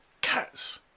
cats